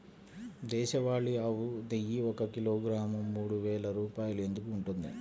దేశవాళీ ఆవు నెయ్యి ఒక కిలోగ్రాము మూడు వేలు రూపాయలు ఎందుకు ఉంటుంది?